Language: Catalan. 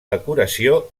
decoració